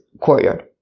courtyard